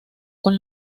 con